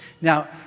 Now